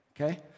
okay